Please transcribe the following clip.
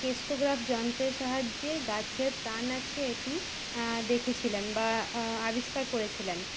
crescograph যন্ত্রের সাহায্যে গাছের প্রাণ আছে এটি দেখেছিলেন বা আবিষ্কার করেছিলেন